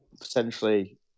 potentially